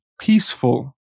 peaceful